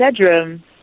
bedroom